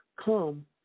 Come